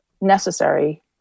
necessary